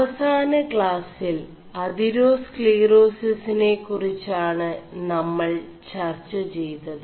അവസാന ാøിൽ അതിേറാസ് ീേറാസിസ്െന കുറിgാണ് ന ൾ ചർg െചയ്തത്